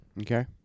Okay